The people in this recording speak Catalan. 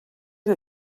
era